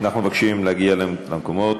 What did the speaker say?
אנחנו מבקשים להגיע למקומות,